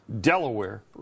delaware